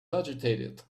agitated